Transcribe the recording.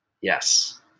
Yes